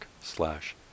slash